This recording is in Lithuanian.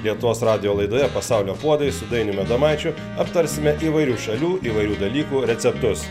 lietuvos radijo laidoje pasaulio puodai su dainiumi adomaičiu aptarsime įvairių šalių įvairių dalykų receptus